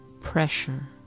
pressure